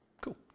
Cool